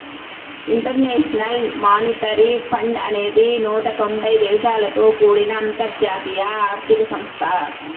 international Monetary Fund అనేది నూట తొంబై దేశాలతో కూడిన అంతర్జాతీయ ఆర్థిక సంస్థ